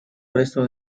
resto